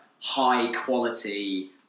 high-quality